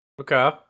Okay